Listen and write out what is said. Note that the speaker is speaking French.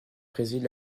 préside